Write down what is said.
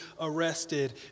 arrested